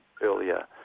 earlier